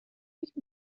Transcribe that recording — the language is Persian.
فکر